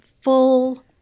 full